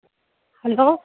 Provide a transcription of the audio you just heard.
hello